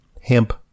hemp